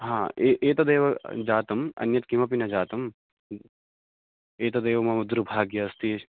हा ए एतदेव जातम् अन्यत् किमपि न जातम् एतदेव मम दौर्भाग्यम् अस्ति